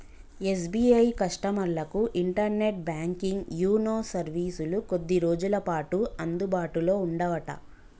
SBI కస్టమర్లకు internet banking YONO సర్వీసులు కొద్ది రోజులపాటు అందుబాటులో ఉండవట